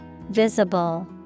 Visible